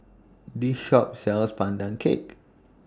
This Shop sells Pandan Cake